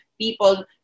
people